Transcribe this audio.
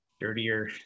dirtier